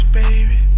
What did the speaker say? baby